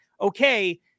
okay